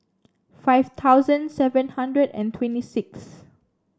five thousand seven hundred and twenty sixth